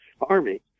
army